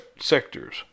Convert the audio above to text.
sectors